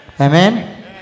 Amen